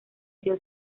sido